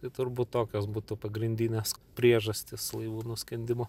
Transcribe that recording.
tai turbūt tokios būtų pagrindinės priežastys laivų nuskendimo